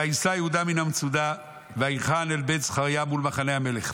וייסע יהודה מן המצודה ויחן אל בית זכריה מול מחנה המלך.